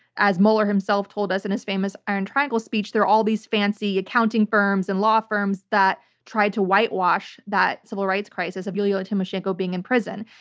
as mueller himself told us in his famous iron triangle speech, there are all of these fancy accounting firms and law firms that tried to whitewash that civil rights crisis of yulia tymoshenko being in prison.